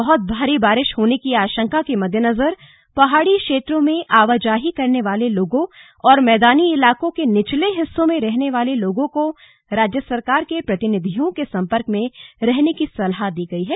बहुत भारी बारिश होने की आशंका के मददेनजर पहाड़ी क्षेत्रों में आवाजाही करने वाले लोगों और मैदानी इलाकों के निचले हिस्सों में रहने वाले लोगों को राज्य सरकार के प्रतिनिधियों के संपर्क में रहने की सलाह दी गई है